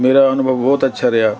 ਮੇਰਾ ਅਨੁਭਵ ਬਹੁਤ ਅੱਛਾ ਰਿਹਾ